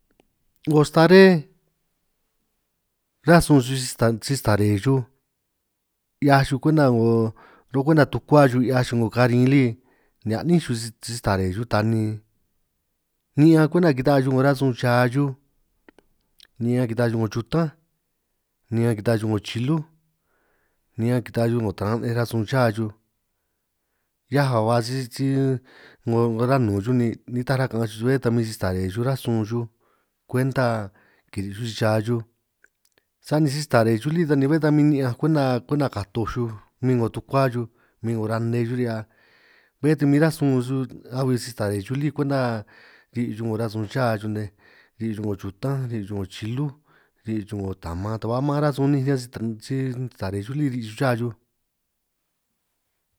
'Ngo staré rasun xuj si stare xuj 'hiaj xuj kwenta, 'ngo kwenta tukua xuj 'hiaj xuj 'ngo karin li ni a'nín xuj si stare tani ni'ñan kwenta kita'a xuj 'ngo rasuun cha xuj, ni'ñan kita'a xuj 'ngo chutanj ni'ñan kita'a xuj 'ngo chilúj, ni'ñan kita'a xuj 'ngo taran nej rasun cha xuj 'hiaj a' ba si si 'ngo ra nnun xuj, ni nitaj ra ka'anj xuj bé ta min si stare xuj rasun xuj kwenta kiri' xuj cha xuj, sani si stare xuj lí ta ni bé tan ni'ñanj kwenta kuenta katoj xuj, min 'ngo tukua xuj min 'ngo ra nne xuj, ri'hia bé ta min rasun xuj ahui si stare xuj lí kwenta ri' xuj 'ngo rasun cha xuj nej, ri' xuj 'ngo chutanj ri' xuj 'ngo chilúj, ri' xuj 'ngo taman taj ba maan rasun ninj riñan si stare xuj lí ri' xuj cha xuj.